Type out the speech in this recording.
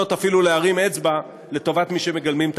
שבו שותפים גם נציגי פיקוח מאגפים שונים במשרד